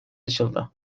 açıldı